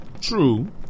True